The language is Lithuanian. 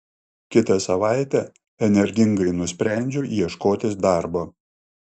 kitą savaitę energingai nusprendžiu ieškotis darbo